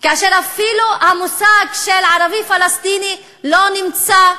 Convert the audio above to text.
כאשר אפילו המושג של ערבי-פלסטיני לא נמצא,